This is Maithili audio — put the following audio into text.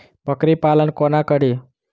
बकरी पालन कोना करि?